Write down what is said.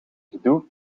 gedoe